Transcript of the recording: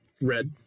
red